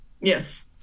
Yes